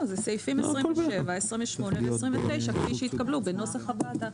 סעיפים 27, 28 ו-29 כפי שהתקבלו כנוסח הוועדה.